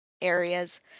areas